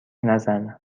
نزن